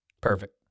Perfect